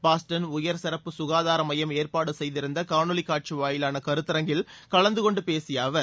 Boston உயர் சிறப்பு சுகாதார மையம் ஏற்பாடு செய்திருந்த காணொலி காட்சி வாயிலான கருத்தரங்கில் கலந்து கொண்டு பேசிய அவர்